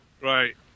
Right